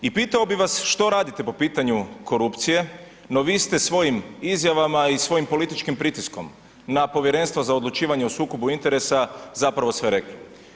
I pitao bi vas što radite po pitanju korupcije, no vi ste svojim izjavama i svojim političkim pritiskom na Povjerenstvo za odlučivanje o sukobu interesa zapravo sve rekli.